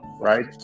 right